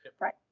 Right